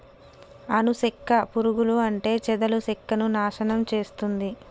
అను సెక్క పురుగులు అంటే చెదలు సెక్కను నాశనం చేస్తుంది